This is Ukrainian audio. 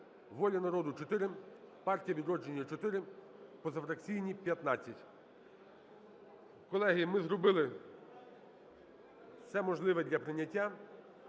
"Воля народу" – 4, "Партія "Відродження" – 4, позафракційні – 15. Колеги, ми зробили все можливе для прийняття,